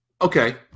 Okay